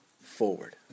forward